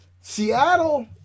Seattle